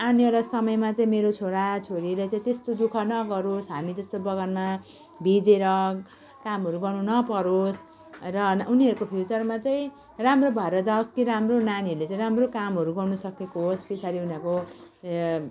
आनेवाला समयमा चाहिँ मेरो छोराछोरीले चाहिँ त्यस्तो दुःख नगरोस् हामी जस्तो बगानमा भिजेर कामहरू गर्नु नपरोस् र अन उनीहरूको फ्युचरमा चाहिँ राम्रो भएर जाओस् के राम्रो नानीहरूले चाहिँ राम्रो कामहरू गर्नुसकेको होस् पछाडि उनीहरूको